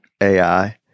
AI